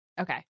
Okay